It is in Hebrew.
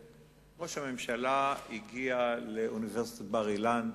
ראש הממשלה הגיע לאוניברסיטת בר-אילן,